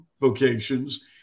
vocations